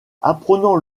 apprenant